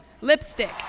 lipstick